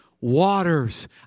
waters